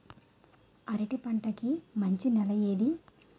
అరటి పంట కి మంచి నెల ఏది?